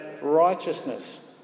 righteousness